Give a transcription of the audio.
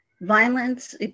violence